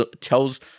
tells